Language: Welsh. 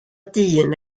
dyn